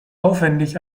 aufwendig